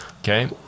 okay